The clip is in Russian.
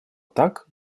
так